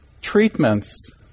treatments